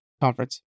conference